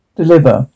deliver